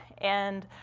and